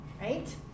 right